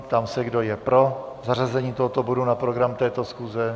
Ptám se, kdo je pro zařazení tohoto bodu na program této schůze.